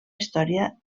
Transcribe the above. història